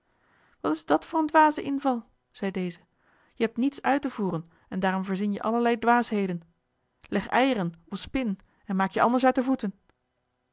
wat is dat voor een dwaze inval zei deze je hebt niets uit te voeren en daarom verzin je allerlei dwaasheden leg eieren of spin en maak je anders uit de voeten